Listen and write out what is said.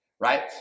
right